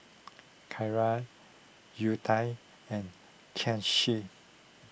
Kiran Udai and Kanshi